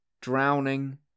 drowning